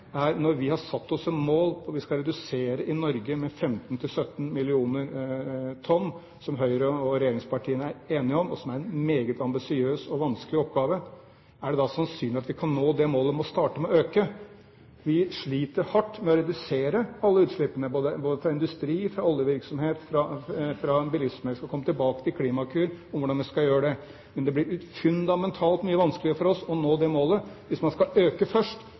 at når vi har satt oss som mål at vi skal redusere utslippene i Norge med 15–17 mill. tonn, som Høyre og regjeringspartiene er enige om, og som er en meget ambisiøs og vanskelig oppgave, er det da sannsynlig at vi kan nå det målet med å starte med å øke? Vi sliter hardt med å redusere alle utslippene, både fra industri, fra oljevirksomhet og fra bilisme – jeg skal komme tilbake til Klimakur og hvordan vi skal gjøre det – men det blir fundamentalt mye vanskeligere for oss å nå det målet hvis man skal øke først